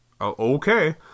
Okay